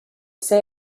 say